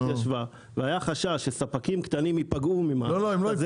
ישבה והיה חשש שספקים קטנים ייפגעו ממהלך כזה,